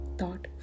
thought